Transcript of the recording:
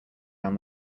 down